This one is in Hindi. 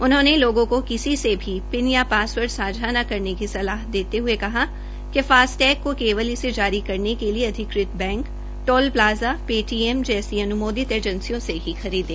उन्होंने लोगों को किसी भी पिन या पासवर्ड सांझा न करने की सलाह देते हुये कहा कि फासटैग को केवल इसे जारी करने के लिए अधिकृत बैंक टोल प्लाजा पेटीएम जैसी अनुमोदित एजेंयिसों से ही खरीदें